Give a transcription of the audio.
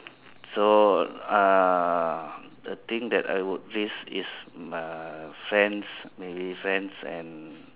so uh the thing that I would risk is uh friends maybe friends and